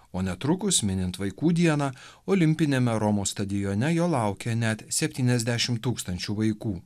o netrukus minint vaikų dieną olimpiniame romos stadione jo laukė net septyniasdešim tūkstančių vaikų